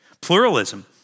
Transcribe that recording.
Pluralism